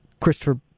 Christopher